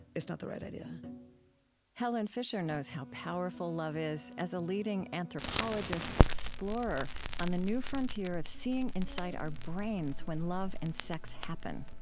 it's not the right idea helen fisher knows how powerful love is, as a leading anthropologist explorer on the new frontier of seeing inside our brains when love and sex happen.